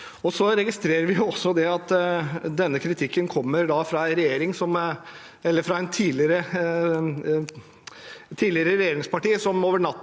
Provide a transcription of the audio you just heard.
Vi registrerer også at denne kritikken kommer fra et tidligere regjeringsparti som over natten